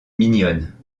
mignonne